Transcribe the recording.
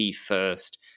first